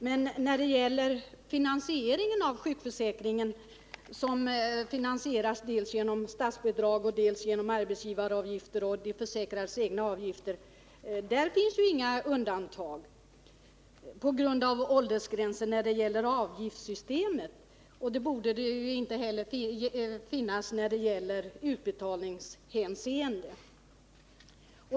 Men när det gäller finansieringen av sjukförsäkringen — som sker genom statsbidrag, arbetsgivaravgifter och de försäkrades egna avgifter — finns det inga undantag med anledning av åldersgränsen. Då borde det inte heller finnas något undantag i utbetalningshänseende.